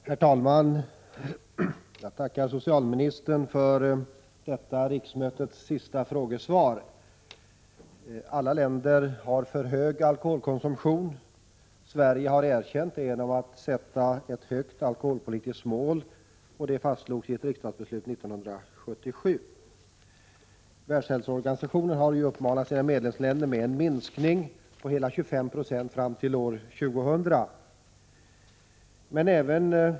Herr talman! Jag tackar socialministern för detta riksmötets sista frågesvar. Alla länder har för hög alkoholkonsumtion. Sverige har erkänt detta genom att sätta ett högt alkoholpolitiskt mål. Det fastslogs i ett riksdagsbeslut 1977. Världshälsoorganisationen har uppmanat sina medlemsländer att minska alkoholkonsumtionen med hela 25 6 fram till år 2000.